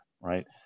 right